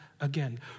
again